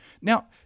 Now